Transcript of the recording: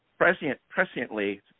presciently